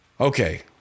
Okay